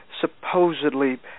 supposedly